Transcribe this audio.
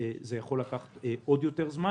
זה יכול לקחת עוד יותר זמן.